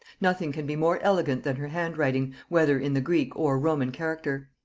nothing can be more elegant than her handwriting, whether in the greek or roman character.